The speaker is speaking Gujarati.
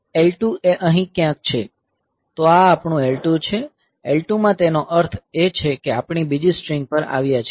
L2 એ અહીં ક્યાંક છે તો આ આપણું L2 છે L2 માં તેનો અર્થ છે કે આપણે બીજી સ્ટ્રીંગ પર આવ્યા છીએ